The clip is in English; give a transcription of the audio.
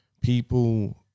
people